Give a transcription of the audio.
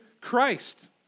Christ